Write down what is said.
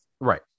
Right